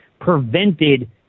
prevented